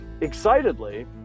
excitedly